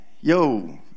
yo